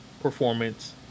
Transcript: Performance